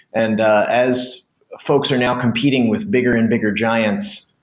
and ah as folks are now competing with bigger and bigger giants,